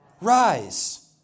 Rise